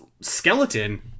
skeleton